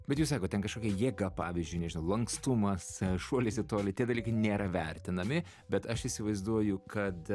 bet jūs sakot ten kažkokia jėga pavyzdžiui nežinau lankstumas šuolis į tolį tie dalykai nėra vertinami bet aš įsivaizduoju kad